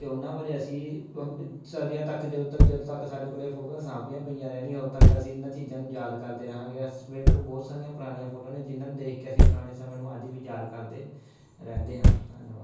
ਅਤੇ ਉਹਨਾਂ ਬਾਰੇ ਅਸੀਂ ਸਦੀਆਂ ਤੱਕ ਜਦੋਂ ਤੱਕ ਜਦੋਂ ਤੱਕ ਸਾਡੇ ਕੋਲ ਇਹ ਫੋਟੋਆਂ ਸਾਂਭੀਆਂ ਪਈਆਂ ਰਹਿਣੀਆਂ ਉਦੋਂ ਤੱਕ ਅਸੀਂ ਇਹਨਾਂ ਚੀਜ਼ਾਂ ਨੂੰ ਯਾਦ ਕਰਦੇ ਰਹਾਂਗੇ ਅਸੀਂ ਮੇਰੇ ਕੋਲ ਬਹੁਤ ਸਾਰੀਆਂ ਪੁਰਾਣੀਆਂ ਫੋਟੋਆਂ ਨੇ ਜਿਹਨਾਂ ਨੂੰ ਦੇਖ ਕੇ ਅਸੀਂ ਪੁਰਾਣੇ ਸਮੇਂ ਨੂੰ ਅੱਜ ਵੀ ਯਾਦ ਕਰਦੇ ਰਹਿੰਦੇ ਹਾਂ ਧੰਨਵਾਦ